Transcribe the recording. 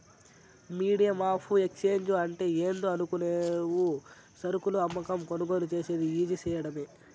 medium of exchange అంటే ఏందో అనుకునేవు సరుకులు అమ్మకం, కొనుగోలు సేసేది ఈజీ సేయడమే